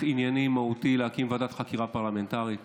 ענייני מהותי להקים ועדת חקירה פרלמנטרית